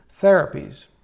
therapies